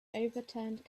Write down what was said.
overturned